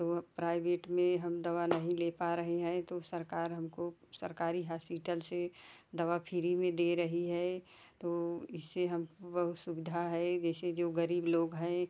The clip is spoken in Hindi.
तो प्राइवेट में हम दवा नहीं ले पा रहे हैं तो सरकार हमको सरकारी हास्पिटल से दवा फ्री में दे रही है तो इससे हम बहुत सुविधा है जैसे जो गरीब लोग हैं